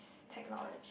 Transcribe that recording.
technology